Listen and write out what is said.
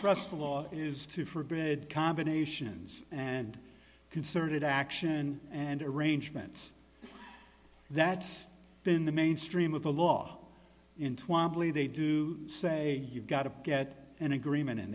trust the law is to forbid combinations and concerted action and arrangements that's been the mainstream of the law in twamley they do say you've got to get an agreement in